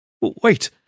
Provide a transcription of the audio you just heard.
Wait